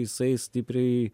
jisai stipriai